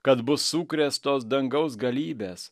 kad bus sukrėstos dangaus galybės